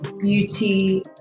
beauty